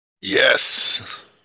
Yes